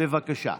בבקשה.